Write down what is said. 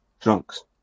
Drunks